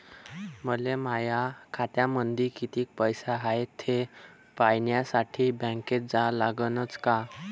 मले माया खात्यामंदी कितीक पैसा हाय थे पायन्यासाठी बँकेत जा लागनच का?